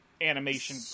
animation